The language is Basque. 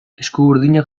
eskuburdinak